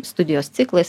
studijos ciklais